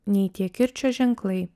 nei tie kirčio ženklai